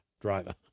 driver